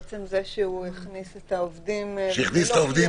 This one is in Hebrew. עצם זה שהוא הכניס את העובדים --- שהכניס את העובדים